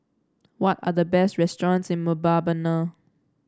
what are the best restaurants in Mbabana